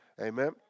Amen